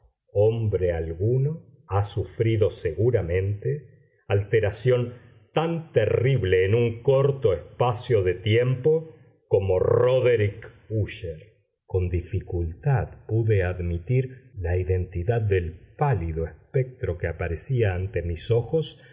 hombre alguno ha sufrido seguramente alteración tan terrible en un corto espacio de tiempo como róderick úsher con dificultad pude admitir la identidad del pálido espectro que aparecía ante mis ojos